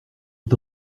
est